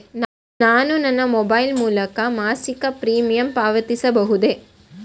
ನಾನು ನನ್ನ ಮೊಬೈಲ್ ಮೂಲಕ ಮಾಸಿಕ ಪ್ರೀಮಿಯಂ ಪಾವತಿಸಬಹುದೇ?